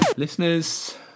Listeners